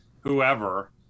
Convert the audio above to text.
whoever